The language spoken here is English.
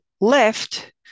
left